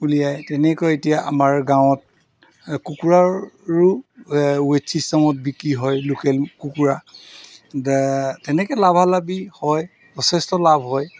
উলিয়ায় তেনেকৈ এতিয়া আমাৰ গাঁৱত কুকুৰাৰো ৱেট ছিষ্টেমত বিক্ৰী হয় লোকেল কুকুৰা তেনেকৈ লাভালাভী হয় যথেষ্ট লাভ হয়